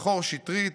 בכור שיטרית,